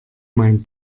mein